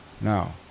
now